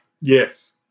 Yes